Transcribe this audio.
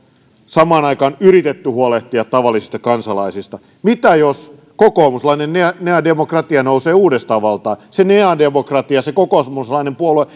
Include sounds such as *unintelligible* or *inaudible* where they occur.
samaan aikaan yritetty huolehtia tavallisista kansalaisista niin mitä jos kokoomuslainen nea dimokratia nousee uudestaan valtaan se nea dimokratia se kokoomuslainen puolue *unintelligible*